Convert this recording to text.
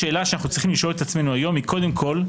השאלה אותה עלינו לשאול את עצמנו היום היא קודם כל,